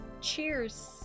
Cheers